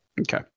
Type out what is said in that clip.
Okay